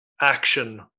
action